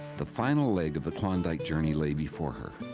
the final leg of the klondike journey lay before her.